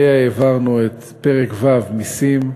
אליה העברנו את פרק ו', מסים,